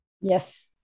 Yes